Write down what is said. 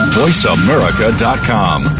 voiceamerica.com